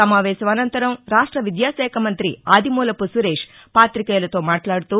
సమావేశం అనంతరం రాష్ట విద్యాశాఖ మంత్రి ఆదిమూలపు సురేష్ పాతికేయులతో మాట్లాడుతూ